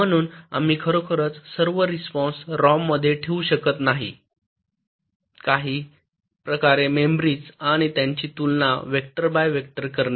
म्हणून आम्ही खरोखरच सर्व रिस्पॉन्स रॉममध्ये ठेवू शकत नाही काही प्रकारे मेमरीचआणि त्यांची तुलना वेक्टर बाय वेक्टर करणे